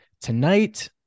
tonight